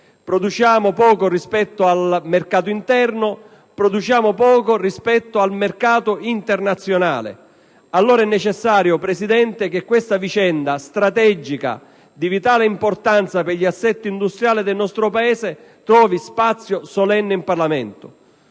Produciamo poco rispetto al mercato interno e poco rispetto al mercato internazionale. E allora, signor Presidente, è necessario che questa vicenda strategica, di vitale importanza per l'assetto industriale del nostro Paese, trovi spazio solenne in Parlamento.